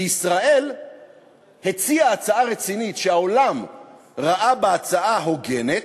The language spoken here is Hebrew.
כי ישראל הציעה הצעה רצינית שהעולם ראה בה הצעה הוגנת,